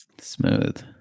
Smooth